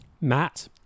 Matt